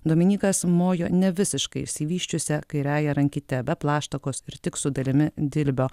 dominykas mojo ne visiškai išsivysčiusia kairiąja rankyte be plaštakos ir tik su dalimi dilbio